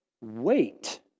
wait